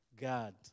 God